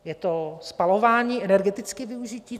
Je to spalování, energetické využití?